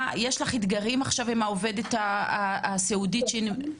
יש לך אתגרים עכשיו עם העובדת הסיעודית שנמצאת?